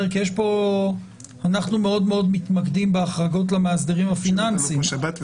אנחנו מאוד מתמקדים בהחרגות למאסדרים הפיננסיים.